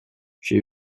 she